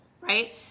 right